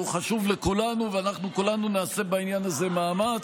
הוא חשוב לכולנו, וכולנו נעשה בעניין הזה מאמץ.